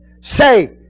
say